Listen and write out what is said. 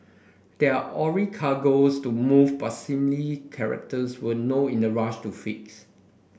there are ore cargoes to move but seemingly charterers were no in a rush to fix